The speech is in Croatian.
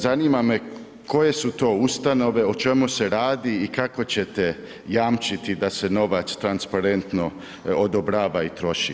Zanima me koje su to ustanove, o čemu se radi i kako ćete jamčiti da se novac transparentno odobrava i troši?